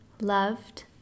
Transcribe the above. Loved